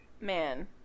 man